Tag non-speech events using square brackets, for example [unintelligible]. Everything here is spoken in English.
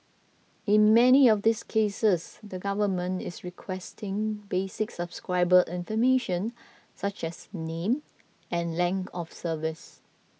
in many of these cases the government is requesting basic subscriber information such as name and [unintelligible] of service